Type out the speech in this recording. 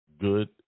good